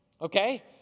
okay